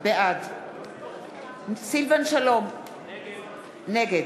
בעד סילבן שלום, נגד